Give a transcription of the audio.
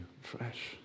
fresh